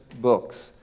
books